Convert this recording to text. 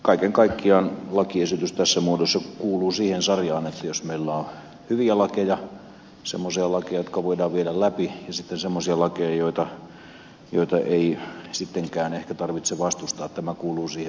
kaiken kaikkiaan lakiesitys tässä muodossa kuuluu siihen sarjaan että jos meillä on hyviä lakeja semmoisia lakeja jotka voidaan viedä läpi ja sitten semmoisia lakeja joita ei sittenkään ehkä tarvitse vastustaa tämä kun uusia